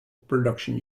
production